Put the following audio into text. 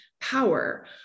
power